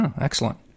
Excellent